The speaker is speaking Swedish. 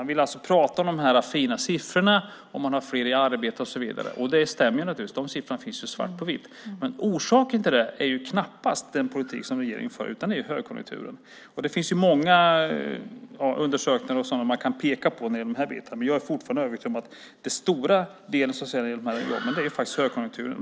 Man vill prata om de fina siffrorna, att man har fler i arbete och så vidare. Och det stämmer naturligtvis. De siffrorna finns svart på vitt. Men orsaken till det är knappast den politik regeringen för, utan högkonjunkturen. Det finns många undersökningar som man kan peka på. Jag är fortfarande övertygad om att den stora orsaken är högkonjunkturen.